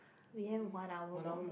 we have one hour more